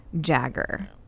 Jagger